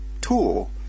tool